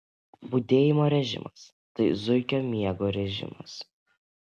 budėjimo režimas tai zuikio miego režimas